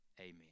Amen